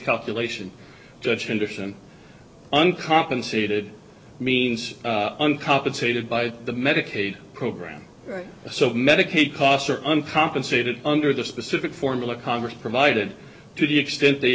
calculation judge henderson uncompensated means uncompensated by the medicaid program so medicaid costs are uncompensated under the specific formula congress provided to the extent they